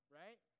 right